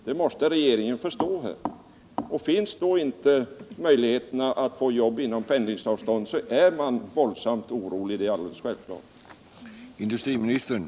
Det måste regeringen förstå. När man inte har möjligheter att få ett jobb inom pendelavstånd är det självklart att man är våldsamt orolig.